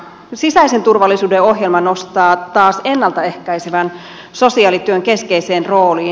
sisäisen turvallisuuden ohjelma nostaa taas ennalta ehkäisevän sosiaalityön keskeiseen rooliin